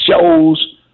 shows